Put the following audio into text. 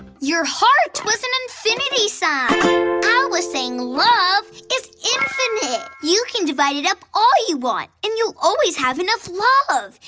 your heart was an infinity sign! i ah was saying love is infinite! you can divide it up all you want and you'll always have enough love,